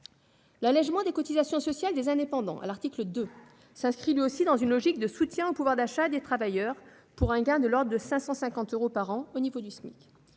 L'allégement des cotisations sociales des indépendants, prévu à l'article 2, s'inscrit lui aussi dans une logique de soutien au pouvoir d'achat des travailleurs, pour un gain de l'ordre de 550 euros par an au niveau du SMIC.